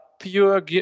pure